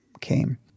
came